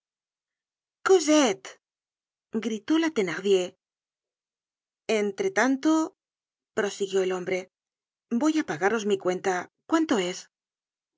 gritó la thenardier entre tanto prosiguió el hombre voy á pagaros mi cuenta cuanto es